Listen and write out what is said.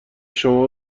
شما